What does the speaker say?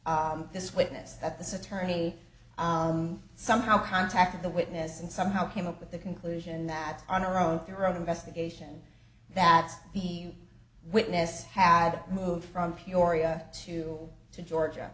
this witness that this attorney somehow contacted the witness and somehow came up with the conclusion that on her own throat investigation that he witness had moved from peoria to to georgia